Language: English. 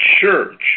church